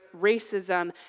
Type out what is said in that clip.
racism